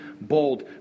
bold